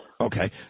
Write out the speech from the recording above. Okay